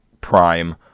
prime